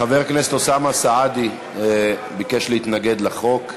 חבר הכנסת אוסאמה סעדי ביקש להתנגד לחוק.